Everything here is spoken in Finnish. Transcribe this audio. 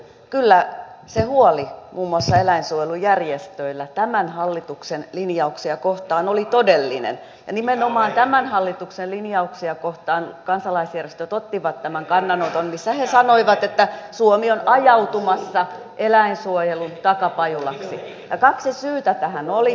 kyllä se huoli muun muassa eläinsuojelujärjestöillä tämän hallituksen linjauksia kohtaan oli todellinen ja nimenomaan tämän hallituksen linjauksia kohtaan kansalaisjärjestöt ottivat tämän kannanoton missä he sanoivat että suomi on ajautumassa eläinsuojelun takapajulaksi ja kaksi syytä tähän oli